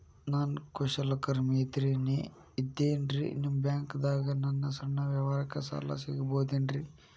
ನಾ ಕುಶಲಕರ್ಮಿ ಇದ್ದೇನ್ರಿ ನಿಮ್ಮ ಬ್ಯಾಂಕ್ ದಾಗ ನನ್ನ ಸಣ್ಣ ವ್ಯವಹಾರಕ್ಕ ಸಾಲ ಸಿಗಬಹುದೇನ್ರಿ?